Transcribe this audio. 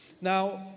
Now